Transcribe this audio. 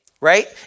right